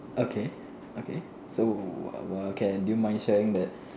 okay okay so what can do you mind sharing that